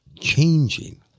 changing